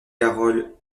karol